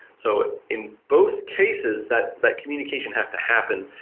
so in both cases, that that communication has to happen.